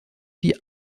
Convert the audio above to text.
die